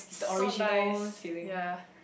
so nice ya